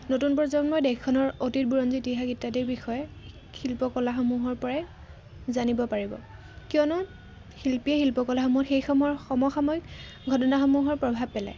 নতুন প্ৰজন্মই দেশখনৰ অতীত বুৰঞ্জী ইত্যাদিৰ বিষয়ে শিল্পকলাসমূহৰ পৰাই জানিব পাৰিব কিয়নো শিল্পীয়ে শিল্পকলাসমূহত সেইসমূহৰ সমসাময়িক ঘটনাসমূহৰ প্ৰভাৱ পেলায়